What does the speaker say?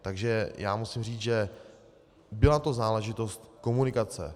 Takže musím říct, že byla to záležitost komunikace.